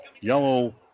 yellow